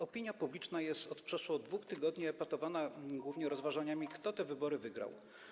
Opinia publiczna jest od przeszło 2 tygodni epatowana głównie rozważaniami, kto te wybory wygrał.